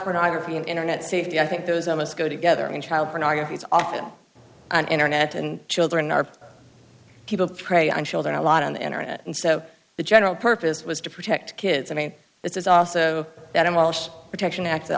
pornography in internet safety i think those of us go together and child pornography is often an internet and children are people who prey on children a lot on the internet and so the general purpose was to protect kids i mean this is also that a malicious protection ac